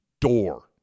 door